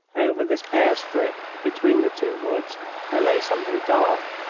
over this bare strip between the two woods there lay something dark,